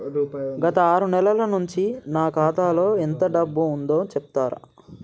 గత ఆరు నెలల నుంచి నా ఖాతా లో ఎంత డబ్బు ఉందో చెప్తరా?